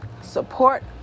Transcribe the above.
Support